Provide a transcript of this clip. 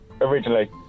originally